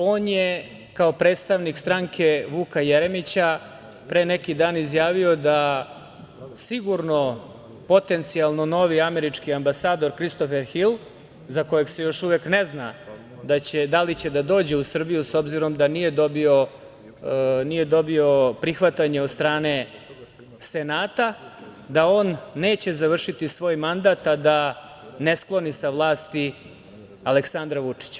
On je, kao predstavnik stranke Vuka Jeremića pre neki dan izjavio da sigurno potencijalno novi američki ambasador Kristofer Hil za kojeg se još uvek ne zna da li će da dođe u Srbiju, s obzirom da nije dobio prihvatanje od strane Senata, da on neće završiti svoj mandat, a da ne skloni sa vlasti Aleksandra Vučića.